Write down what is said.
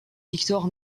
victor